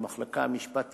למחלקה למשפט עברי,